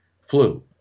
flu